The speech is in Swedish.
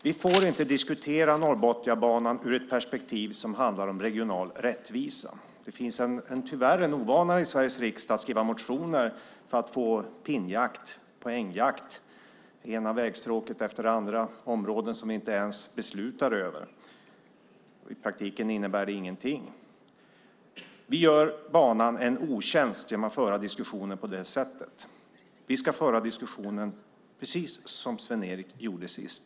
Vi får inte diskutera Norrbotniabanan ur ett perspektiv som handlar om regional rättvisa. Det finns tyvärr en ovana i Sveriges riksdag att i en poängjakt skriva motioner om det ena vägstråket efter det andra - det är områden som vi inte ens beslutar över. I praktiken innebär det ingenting. Vi gör banan en otjänst genom att föra diskussionen på det sättet. Vi ska föra diskussionen precis som Sven-Erik gjorde senast.